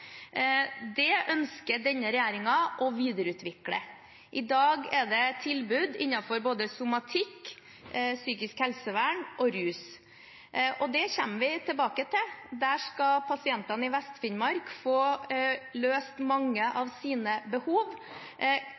Det ønsker denne regjeringen å videreutvikle. I dag er det et tilbud innenfor både somatikk, psykisk helsevern og rus. Det kommer vi tilbake til. Der skal pasientene i Vest-Finnmark få løst mange av sine behov.